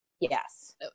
Yes